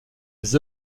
des